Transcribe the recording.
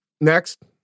Next